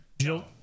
jill